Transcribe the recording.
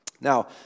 Now